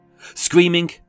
screaming